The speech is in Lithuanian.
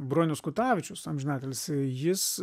bronius kutavičius amžinatilsį jis